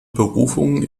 berufungen